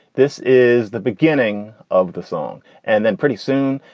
this is the beginning of the song and then pretty soon.